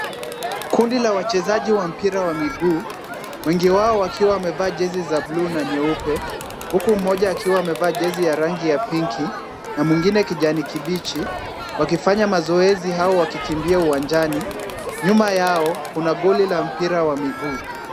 Kundi la wachezaji wa mpira wa miguu, wengi wao wakiwa wamevaa jezi za buluu na nyeupe, huku mmoja akiwa amevaa jezi ya rangi ya pinki na mwingine kijani kibichi, wakifanya mazoezi au wakikimbia uwanjani. Nyuma yao kuna goli la mpira wa miguu.